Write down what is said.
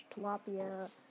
tilapia